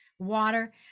water